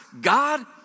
God